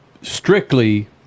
strictly –